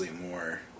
more